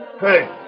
Hey